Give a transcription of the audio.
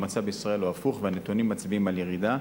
המצב בישראל הוא הפוך והנתונים מצביעים על ירידה,